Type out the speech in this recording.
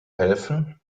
helfen